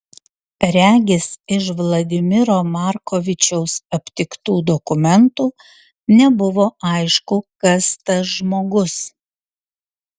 regis iš vladimiro markovičiaus aptiktų dokumentų nebuvo aišku kas tas žmogus